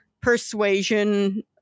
persuasion